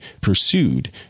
pursued